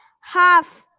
half